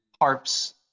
harps